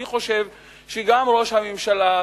אני חושב שגם ראש הממשלה,